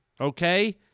okay